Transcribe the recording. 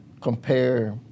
compare